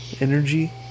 energy